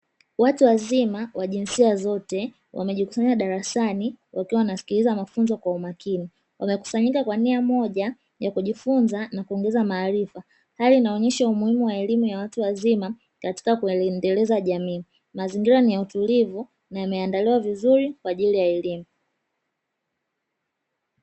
Watu wazima wa jinsia zote wamejikusanya darasani wakiwa wanasikiliza mafunzo kwa umakini, wamekusanyika kwa nia moja ya kujifunza na kuongeza maarifa. Hali inaonyesha umuhimu wa elimu ya watu wazima katika kuiendeleza jamii, mazingira ni ya utulivu na yameandaliwa vizuri kwa ajili ya elimu.